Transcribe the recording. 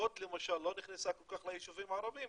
שהוט למשל לא נכנסה כל כך ליישובים הערביים,